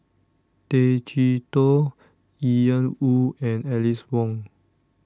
Tay Chee Toh Ian Woo and Alice Ong